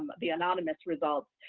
um the anonymous results,